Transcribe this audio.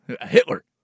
Hitler